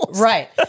Right